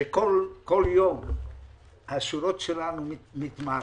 שכל יום השורות שלנו מתמעטות,